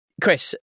Chris